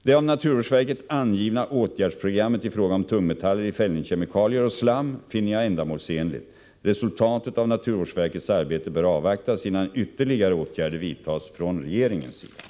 Det av naturvårdsverket angivna åtgärdsprogrammet i fråga om tungmetaller i fällningskemikalier och slam finner jag ändamålsenligt. Resultatet av naturvårdsverkets arbete bör avvaktas innan ytterligare åtgärder vidtas från regeringens sida.